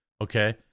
okay